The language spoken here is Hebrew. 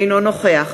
אינו נוכח